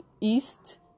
east